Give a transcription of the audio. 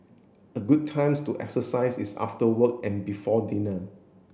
a good times to exercise is after work and before dinner